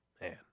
Man